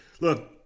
look